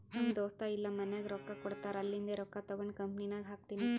ನಮ್ ದೋಸ್ತ ಇಲ್ಲಾ ಮನ್ಯಾಗ್ ರೊಕ್ಕಾ ಕೊಡ್ತಾರ್ ಅಲ್ಲಿಂದೆ ರೊಕ್ಕಾ ತಗೊಂಡ್ ಕಂಪನಿನಾಗ್ ಹಾಕ್ತೀನಿ